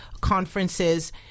conferences